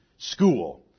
School